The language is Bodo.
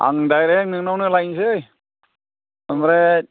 आं डायरेक्ट नोंनावनो लायनोसै ओमफ्राय